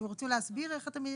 אתם רוצים להסביר איך אתם מתייחסים?